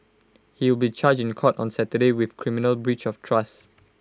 he will be charged in court on Saturday with criminal breach of trust